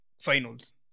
Finals